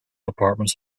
apartments